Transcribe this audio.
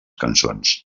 cançons